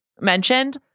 mentioned